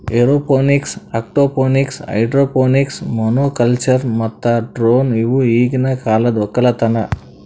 aeroponics, aquaponics, hydroponics, monoculture ಮತ್ತ drone ಇವು ಈಗಿನ ಕಾಲದ ಒಕ್ಕಲತನ